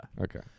Okay